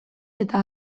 eta